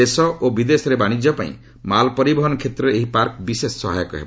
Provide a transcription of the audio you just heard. ଦେଶ ଓ ବିଦେଶରେ ବାଣିଜ୍ୟ ପାଇଁ ମାଲ ପରିବହନ କ୍ଷେତ୍ରରେ ଏହି ପାର୍କ ବିଶେଷ ସହାୟକ ହେବ